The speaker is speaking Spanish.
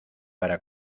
para